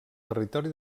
territori